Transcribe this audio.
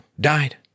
Died